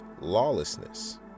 lawlessness